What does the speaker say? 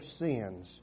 sins